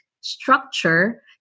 structure